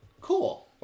Cool